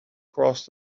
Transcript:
crossed